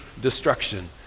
destruction